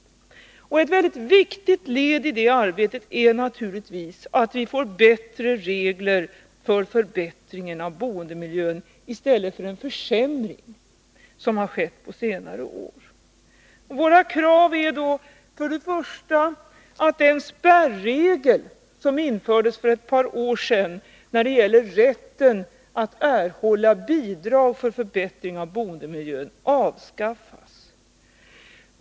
Ett viktigt led i det arbetet är naturligtvis att vi får bättre regler för förbättringen av boendemiljön i stället för en försämring, som skett på senare år. Våra krav är för det första att den spärregel som infördes för ett par år sedan när det gäller rätten att erhålla bidrag för förbättring av boendemiljön avskaffas.